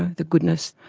the goodness.